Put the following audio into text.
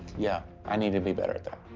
yeah. i need to be better at that.